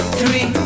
three